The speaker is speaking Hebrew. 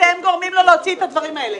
אתם גורמים לו להוציא את הדברים האלה.